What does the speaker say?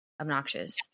obnoxious